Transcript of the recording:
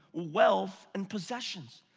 wealth, and possessions.